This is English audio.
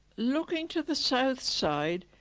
looking to the south side,